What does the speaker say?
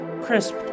crisp